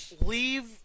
leave